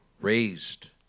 raised